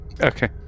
Okay